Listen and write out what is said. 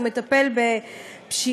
הוא מטפל בפשיעה,